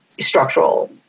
structural